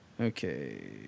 Okay